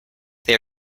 they